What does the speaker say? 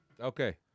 Okay